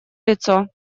лицо